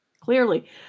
Clearly